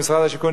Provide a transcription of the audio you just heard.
משרד השיכון,